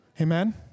Amen